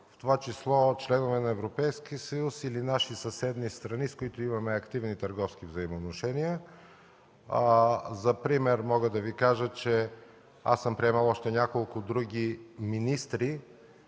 в това число членове на Европейския съюз или наши съседни страни, с които имаме активни търговски взаимоотношения. За пример мога да Ви кажа, че аз съм приемал още няколко други министри,